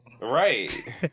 Right